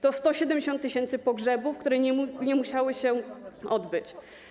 To 170 tys. pogrzebów, które nie musiały się odbyć.